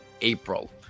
April